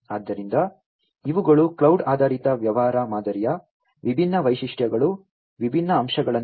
ಆದ್ದರಿಂದ ಇವುಗಳು ಕ್ಲೌಡ್ ಆಧಾರಿತ ವ್ಯವಹಾರ ಮಾದರಿಯ ವಿಭಿನ್ನ ವೈಶಿಷ್ಟ್ಯಗಳು ವಿಭಿನ್ನ ಅಂಶಗಳಂತೆ